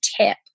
tip